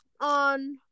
On